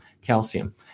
calcium